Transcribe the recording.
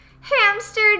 hamster